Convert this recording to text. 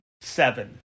seven